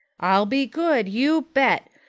i'll be good, you bet.